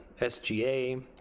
SGA